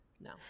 no